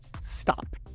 stop